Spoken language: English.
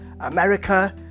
America